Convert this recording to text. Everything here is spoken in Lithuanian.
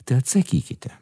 tai atsakykite